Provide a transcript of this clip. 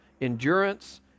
endurance